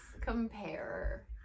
compare